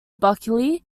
buckley